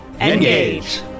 Engage